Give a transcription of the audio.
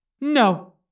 No